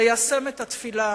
ליישם את התפילה